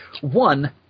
one